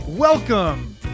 Welcome